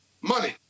money